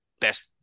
best